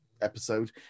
episode